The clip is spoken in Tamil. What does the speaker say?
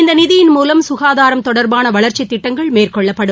இந்த நிதியின் மூலம் சுகாதாரம் தொடர்பான வளர்ச்சித் திட்டங்கள் மேற்கொள்ளப்படும்